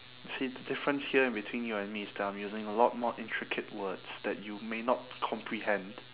see the difference here in between you and me is that I'm using a lot more intricate words that you may not comprehend